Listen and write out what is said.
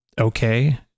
okay